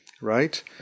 right